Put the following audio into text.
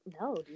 no